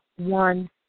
one